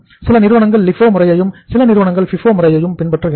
சில நிறுவனங்கள் LIFO முறையையும் சில நிறுவனங்கள் FIFO முறையையும் பின்பற்றுகின்றன